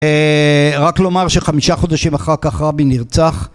רק לומר שחמישה חודשים אחר כך רבין נרצח